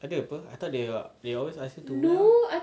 ada apa I thought they will they will always ask you to wear